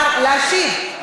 אני מבקשת לתת לשר להשיב.